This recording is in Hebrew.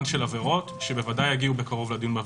העונשין בנחישות אבל גם בקפדנות ובזהירות.